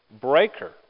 breaker